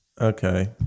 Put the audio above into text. Okay